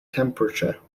temperature